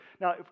Now